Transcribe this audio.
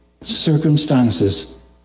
circumstances